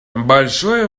большое